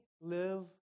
live